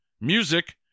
music